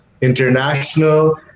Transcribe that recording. international